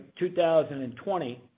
2020